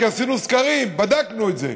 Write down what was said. כי עשינו סקרים, בדקנו את זה,